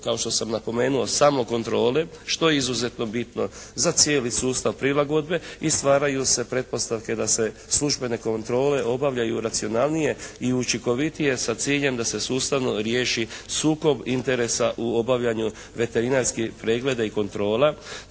kao što sam napomenuo samokontrole što je izuzetno bitno za cijeli sustav prilagodbe i stvaraju se pretpostavke da se službene kontrole obavljaju racionalnije i učinkovitije sa ciljem da se sustavno riješi sukob interesa u obavljanju veterinarskih pregleda i kontrola.